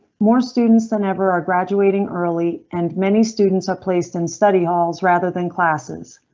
more students than ever are graduating early, and many students are placed in study halls rather than classes.